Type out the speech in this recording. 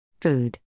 Food